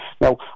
Now